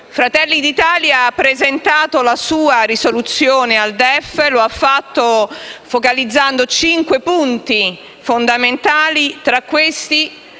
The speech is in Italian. Fratelli d'Italia ha presentato la sua risoluzione al DEF: l'ha fatto focalizzando cinque punti fondamentali, tra i